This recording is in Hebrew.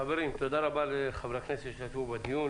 חברים, תודה רבה לחברי הכנסת שהשתתפו בדיון.